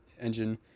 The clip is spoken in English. engine